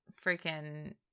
freaking